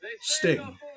Sting